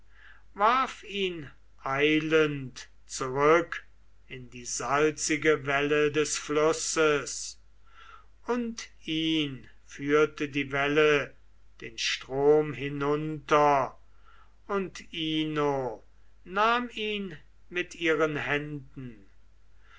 ihn eilend zurück in die salzige welle des flusses und ihn führte die welle den strom hinunter und ino nahm ihn mit ihren händen